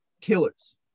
killers